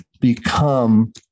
become